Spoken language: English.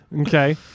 Okay